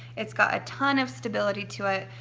it's got a ton of stability to it.